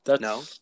No